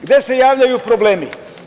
Gde se javljaju problemi?